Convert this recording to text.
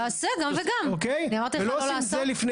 תעשה גם וגם, אמרתי לך לא לעשות?